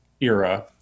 era